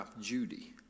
Judy